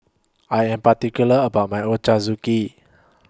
I Am particular about My Ochazuke